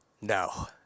no